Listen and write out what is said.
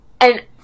And-